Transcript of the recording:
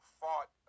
fought